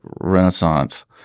renaissance